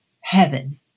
heaven